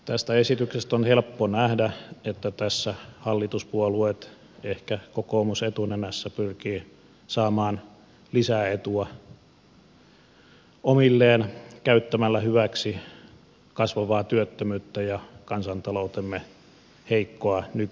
tästä esityksestä on helppo nähdä että tässä hallituspuolueet ehkä kokoomus etunenässä pyrkivät saamaan lisäetua omilleen käyttämällä hyväksi kasvavaa työttömyyttä ja kansantaloutemme heikkoa nykytilaa